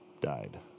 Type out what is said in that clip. died